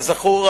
כזכור,